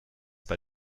bei